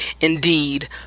indeed